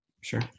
sure